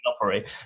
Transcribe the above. operate